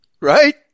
right